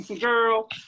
Girl